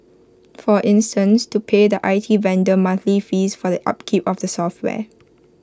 for instance to pay the I T vendor monthly fees for the upkeep of the software